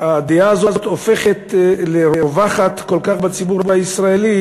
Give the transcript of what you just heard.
שהדעה הזו הופכת לרווחת כל כך בציבור הישראלי